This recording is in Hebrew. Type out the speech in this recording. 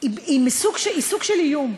שהיא סוג של איום.